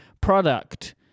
product